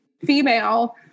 female